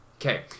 Okay